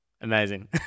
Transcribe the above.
Amazing